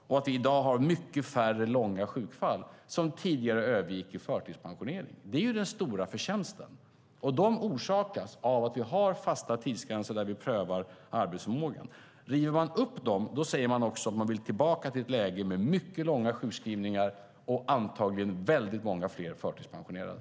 Vi har i dag mycket färre långa sjukfall, som tidigare övergick i förtidspensionering. Det är den stora förtjänsten, och den beror på att vi har fasta tidsgränser där vi prövar arbetsförmågan. Om man river upp dem säger man också att man vill tillbaka till ett läge med mycket långa sjukskrivningar och antagligen väldigt många fler förtidspensionerade.